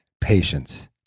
patience